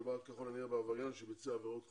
מדובר ככל הנראה בעבריין שביצע עבירות חוזרות.